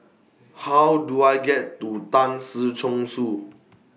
How Do I get to Tan Si Chong Su